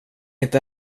inte